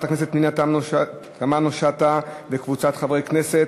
הכנסת פנינה תמנו-שטה וקבוצת חברי הכנסת,